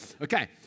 Okay